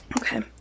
Okay